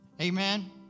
Amen